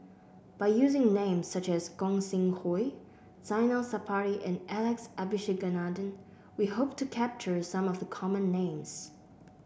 by using names such as Gog Sing Hooi Zainal Sapari and Alex Abisheganaden we hope to capture some of the common names